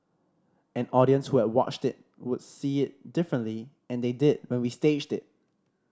an audience who had watched it would see it differently and they did when we staged it